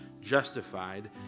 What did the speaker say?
justified